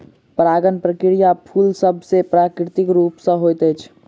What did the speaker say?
परागण प्रक्रिया फूल सभ मे प्राकृतिक रूप सॅ होइत अछि